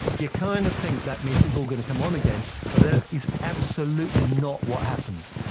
you kind of think that means it's all going to come on again but that is absolutely not what happens.